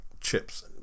chips